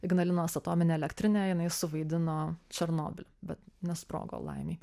ignalinos atominė elektrinė jinai suvaidino černobylį vat nesprogo laimei